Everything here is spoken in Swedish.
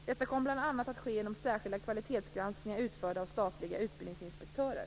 Detta kommer bl.a. att ske genom särskilda kvalitetsgranskningar utförda av statliga utbildningsinspektörer.